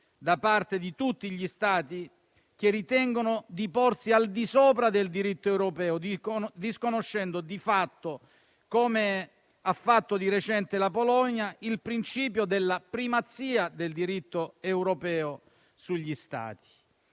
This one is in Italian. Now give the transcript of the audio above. da parte di tutti gli Stati che ritengono di porsi al di sopra del diritto europeo, disconoscendo di fatto - come ha fatto di recente la Polonia - il principio della primazia del diritto europeo sugli Stati.